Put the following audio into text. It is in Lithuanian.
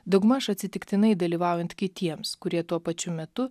daugmaž atsitiktinai dalyvaujant kitiems kurie tuo pačiu metu